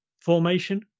formation